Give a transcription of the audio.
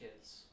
kids